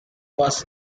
was